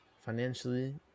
financially